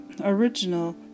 original